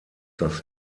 das